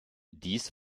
dies